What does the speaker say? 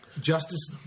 Justice